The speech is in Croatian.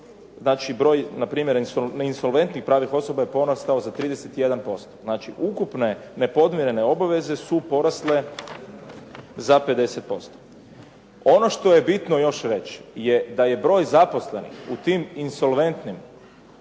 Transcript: znači broj npr. neinsolventnih pravnih osoba je porastao za 31%. Znači, ukupne nepodmirene obaveze su porasle za 50%. Ono što je bitno još reći u tim insolventnim,